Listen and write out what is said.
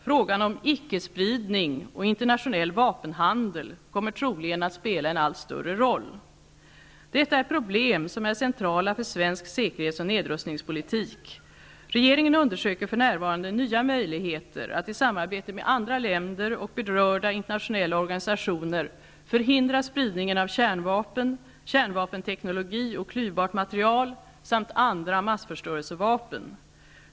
Frågor om ickespridning och internationell vapenhandel kommer troligen att spela en allt större roll. Detta är problem som är centrala för svenk säkerhetsoch nedrustningspolitik. Regeringen undersöker för närvarande nya möjligheter att i samarbete med andra länder och berörda internationella organisationer förhindra spridningen av kärnvapen, kärnvapenteknologi och klyvbart material samt andra massförstörelsevapen.